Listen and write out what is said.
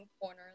corner